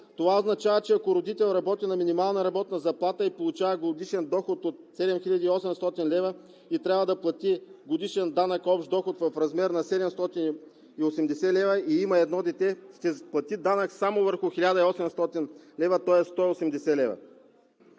Това означава, че ако родител работи на минимална работна заплата и получава годишен доход от 7 хил. 800 лв., и трябва да плати годишен данък общ доход в размер на 780 лв. и има едно дете, ще плати данък само върху 1800 лв., тоест 180 лв.